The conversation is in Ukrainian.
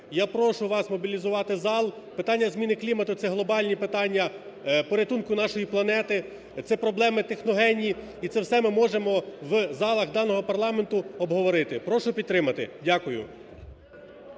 я прошу вас мобілізувати зал. Питання зміни клімату – це глобальні питання порятунку нашої планети, це проблеми техногенні. І це все ми можемо в залах даного парламенту обговорити. Прошу підтримати. Дякую.